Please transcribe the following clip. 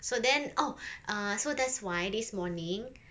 so then oh uh so that's why this morning